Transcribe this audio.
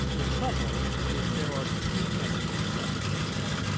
the trouble is there are too many who love you, he said.